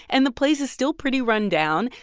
and the place is still pretty run-down,